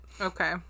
Okay